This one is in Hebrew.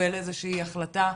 לקבל איזושהי החלטה.